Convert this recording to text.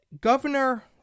Governor